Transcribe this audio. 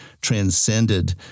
transcended